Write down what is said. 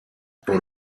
por